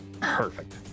Perfect